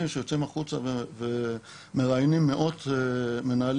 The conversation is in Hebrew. שיוצאים החוצה ומראיינים מאות מנהלים,